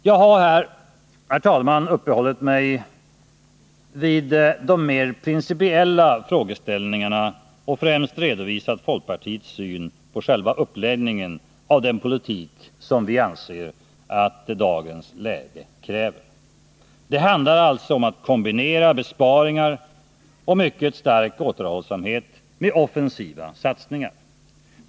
Jag har här uppehållit mig vid de mer principiella frågeställningarna och främst redovisat folkpartiets syn på själva uppläggningen av den politik som vi anser att dagens läge kräver. Det handlar alltså om att kombinera besparingar och mycket stark återhållsamhet med offensiva satsningar.